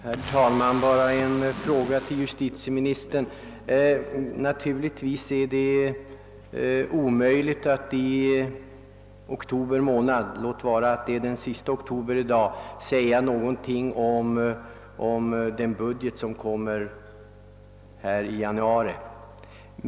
Herr talman! Bara en fråga till justitieministern. Naturligtvis är det omöjligt att i oktober månad, låt vara den sista dagen i månaden, säga något om den budget som skall framläggas i januari.